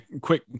Quick